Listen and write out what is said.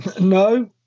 No